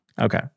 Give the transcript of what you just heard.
Okay